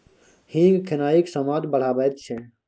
हींग खेनाइक स्वाद बढ़ाबैत छै